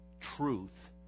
truth